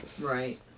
Right